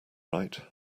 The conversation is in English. right